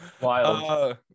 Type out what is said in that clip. Wild